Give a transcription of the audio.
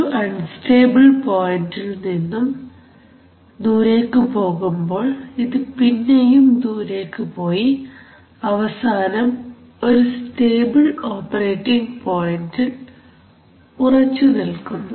ഒരു അൺസ്റ്റേബിൾ പോയന്റിൽ നിന്നും ദൂരേക്ക് പോകുമ്പോൾ ഇത് പിന്നെയും ദൂരേക്ക് പോയി അവസാനം ഒരു സ്റ്റേബിൾ ഓപ്പറേറ്റിംഗ് പോയിന്റിൽ ഉറച്ചുനിൽക്കുന്നു